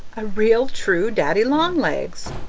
a real true daddy-long-legs!